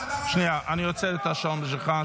--- שנייה, אני עוצר את השעון שלך.